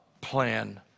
plan